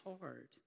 hard